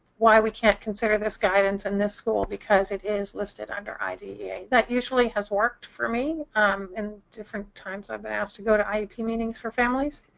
we can't consider this guidance in this school because it is listed under idea. that usually has worked for me in different times i've been asked to go to iep meetings for families.